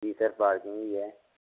जी sir बाजू में ही है